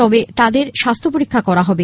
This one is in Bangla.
তবে তাদের স্বাস্হ্য পরীক্ষা করা হবে